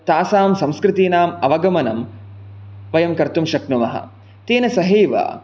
तासां संस्कृतीनाम् अवगमनं वयं कर्तुं शक्नुमः तेन सहैव